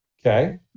Okay